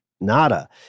nada